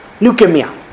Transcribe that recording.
leukemia